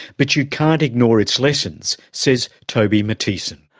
but you can't ignore its lessons, says toby matthiesen.